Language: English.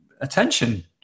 attention